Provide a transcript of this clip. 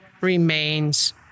remains